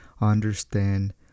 understand